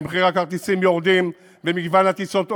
ומחירי הכרטיסים יורדים ומגוון הטיסות עולה,